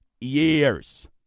years